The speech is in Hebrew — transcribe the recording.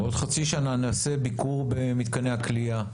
בעוד חצי שנה נעשה ביקור במתקני הכליאה,